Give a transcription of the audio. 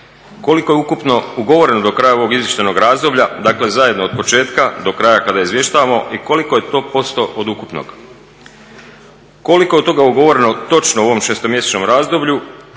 koliko je ukupno ugovoreno do kraja ovog izvještajnog razdoblja, dakle zajedno od početka do kraja kada izvještavamo, i koliko je to posto od ukupnog. Koliko je od toga ugovoreno točno u ovom 6-mjesečnom razdoblju